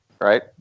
right